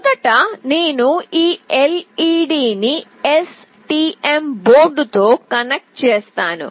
మొదట నేను ఈ LED ని STM బోర్డ్తో కనెక్ట్ చేస్తాను